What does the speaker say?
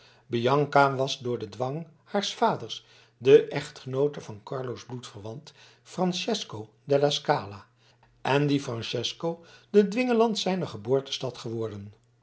bianca was door den dwang haars vaders de echtgenoote van carlo's bloedverwant francesco della scala en die francesco de dwingeland zijner geboortestad geworden